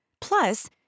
Plus